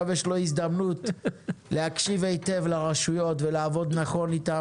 יש לו הזדמנות להקשיב היטב לרשויות ולעבוד נכון איתן.